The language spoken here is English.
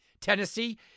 Tennessee